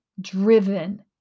driven